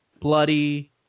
bloody